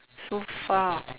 so far